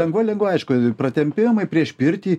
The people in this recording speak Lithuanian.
lengva lengva aišku pratempimai prieš pirtį